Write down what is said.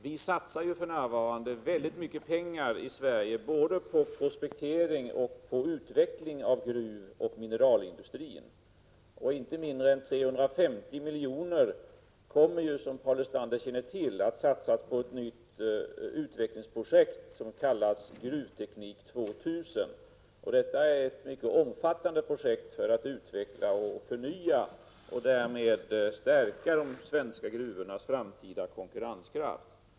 Vi satsar för närvarande väldigt mycket pengar i Sverige både på prospektering och på utveckling av gruvoch mineralindustrin. Inte mindre än 350 miljoner = Prot. 1987/88:33 kommer, som Paul Lestander känner till, att satsas på ett nytt utvecklings 27 november 1987 projekt som kallas Gruvteknik 2000. Det är ett mycket omfattande projekt. dj.vs morsan an för att utveckla och förnya och därmed stärka de svenska gruvornas framtida konkurrenskraft.